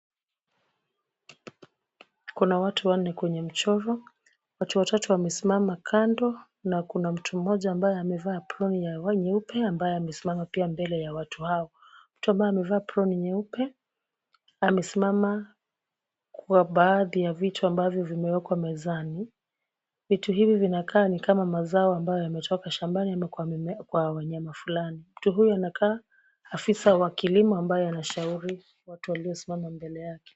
Kuna watu wanne kwenye mchoro. Watu watatu wamesimama kando na kuna mtu mmoja ambaye amevaa aproni ya nguo nyeupe ambaye amesimama pia mbele ya watu hao. Mtu ambaye amevaa aproni nyeupe amesimama kwa baadhi ya vitu ambavyo vimewekwa mezani. Vitu hivi vinakaa ni kama mazao ambayo yametoka shambani ama kwa wanyama fulani. Mtu huyo anakaa afisa wa kilimo ambaye anashauri watu waliosimama mbele yake.